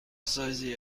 سایزی